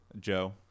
Joe